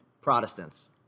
Protestants